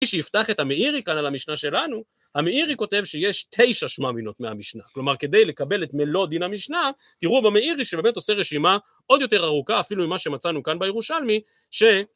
מי שיפתח את המאירי כאן על המשנה שלנו, המאירי כותב שיש תשע "שמע-מינא"ות מהמשנה, כלומר כדי לקבל את מלוא דין המשנה, תראו במאירי שבאמת עושה רשימה עוד יותר ארוכה אפילו ממה שמצאנו כאן בירושלמי, ש...